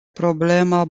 problema